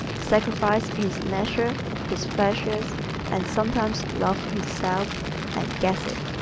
sacrifices his leisure, his pleasures and sometimes love itself and gets it.